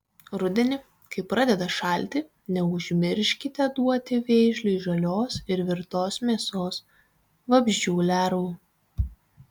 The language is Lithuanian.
rudenį kai pradeda šalti neužmirškite duoti vėžliui žalios ir virtos mėsos vabzdžių lervų